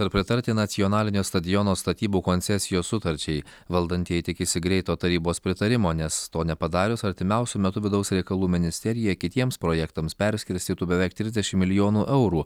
ar pritarti nacionalinio stadiono statybų koncesijos sutarčiai valdantieji tikisi greito tarybos pritarimo nes to nepadarius artimiausiu metu vidaus reikalų ministerija kitiems projektams perskirstytų beveik trisdešim milijonų eurų